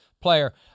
player